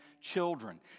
children